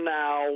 now